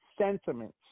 Sentiments